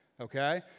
Okay